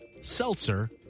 seltzer